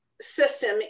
system